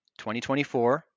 2024